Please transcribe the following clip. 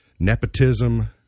nepotism